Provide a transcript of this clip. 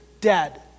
dead